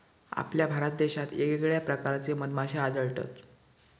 आपल्या भारत देशात येगयेगळ्या प्रकारचे मधमाश्ये आढळतत